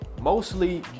Mostly